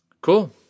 Cool